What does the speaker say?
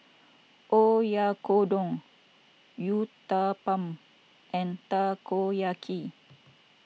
Oyakodon Uthapam and Takoyaki